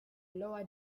lower